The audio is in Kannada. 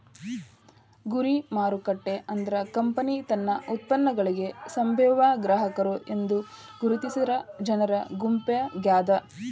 ಗುರಿ ಮಾರುಕಟ್ಟೆ ಅಂದ್ರ ಕಂಪನಿ ತನ್ನ ಉತ್ಪನ್ನಗಳಿಗಿ ಸಂಭಾವ್ಯ ಗ್ರಾಹಕರು ಎಂದು ಗುರುತಿಸಿರ ಜನರ ಗುಂಪಾಗ್ಯಾದ